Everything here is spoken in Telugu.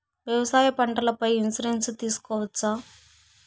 వ్యవసాయ పంటల పై ఇన్సూరెన్సు తీసుకోవచ్చా?